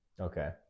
Okay